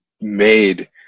made